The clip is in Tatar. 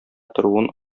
торуын